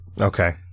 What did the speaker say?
okay